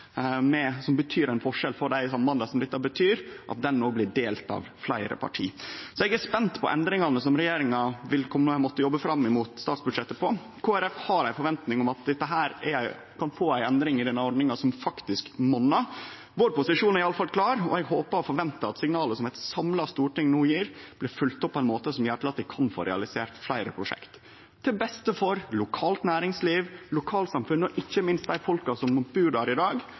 som betyr ein forskjell for dei sambanda som dette gjeld, no blir delt av fleire parti. Eg er spent på endringane som regjeringa vil måtte jobbe med fram mot statsbudsjettet. Kristeleg Folkeparti har ei forventning om at vi kan få ei endring i denne ordninga som faktisk monnar. Vår posisjon er iallfall klar, og eg håpar og forventar at signalet som eit samla storting no gjev, blir følgt opp på ein måte som gjer at vi kan få realisert fleire prosjekt – til beste for lokalt næringsliv, lokalsamfunn og ikkje minst dei folka som bur der i dag,